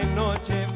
noche